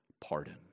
pardon